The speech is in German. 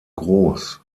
groß